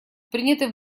приняты